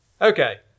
Okay